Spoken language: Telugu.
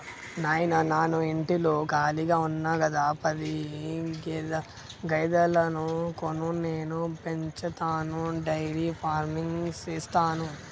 నాయిన నాను ఇంటిలో కాళిగా ఉన్న గదా పది గేదెలను కొను నేను పెంచతాను డైరీ ఫార్మింగ్ సేస్తాను